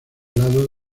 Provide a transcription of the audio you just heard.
lado